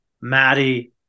Maddie